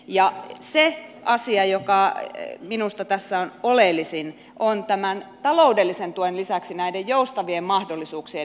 ja se asia joka minusta tässä on oleellisin on tämän taloudellisen tuen lisäksi näiden joustavien mahdollisuuksien lisääminen